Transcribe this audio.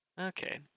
Okay